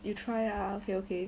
you try ah okay okay